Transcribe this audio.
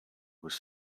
was